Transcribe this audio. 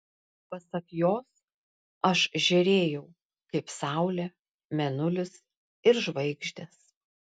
pasak jos aš žėrėjau kaip saulė mėnulis ir žvaigždės